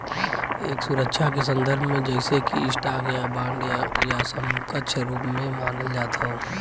एक सुरक्षा के संदर्भ में जइसे कि स्टॉक या बांड या समकक्ष रूप में मानल जात हौ